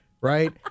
right